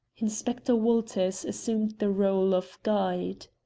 inspector walters assumed the role of guide.